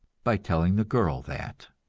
by telling the girl that.